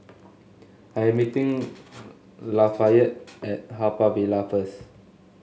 I am meeting Lafayette at Haw Par Villa first